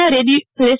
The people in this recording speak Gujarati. ના રેસી